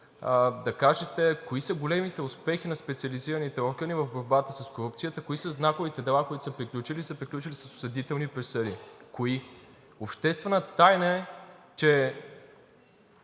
да кажете кои са големите успехи на специализираните органи в борбата с корупцията. Кои са знаковите дела, които са приключили и са приключили с осъдителни присъди? (Реплики от